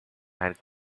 and